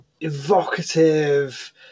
evocative